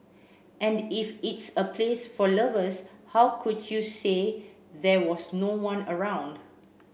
and if it's a place for lovers how could you say there was no one around